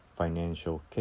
financial